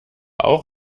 auch